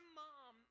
mom